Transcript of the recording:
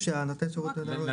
אני לא חושב